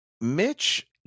Mitch